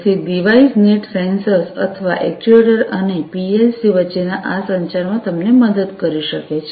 તેથી device net sensors અથવા actuators અને પીએલસી વચ્ચેના આ સંચારમાં તમને મદદ કરી શકે છે